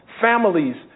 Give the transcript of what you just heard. families